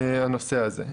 מה שהיא אמרה,